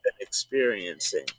experiencing